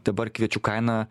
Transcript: dabar kviečių kaina